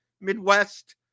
Midwest